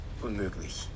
unmöglich